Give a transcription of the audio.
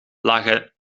lagen